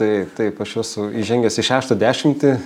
taip taip aš esu įžengęs į šeštą dešimtį